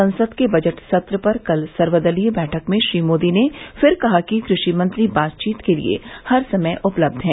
संसद के बजट सत्र पर कल सर्वदलीय बैठक में श्री मोदी ने फिर कहा कि कृषि मंत्री बातचीत के लिए हर समय उपलब्ध हैं